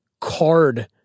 card